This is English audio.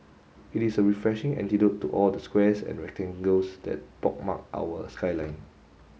it is a refreshing antidote to all the squares and rectangles that pockmark our skyline